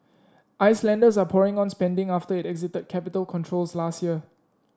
Icelanders are pouring on spending after it exited capital controls last year